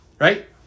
right